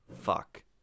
fuck